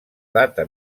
data